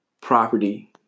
property